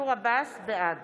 בעד